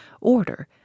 order